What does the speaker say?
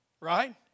right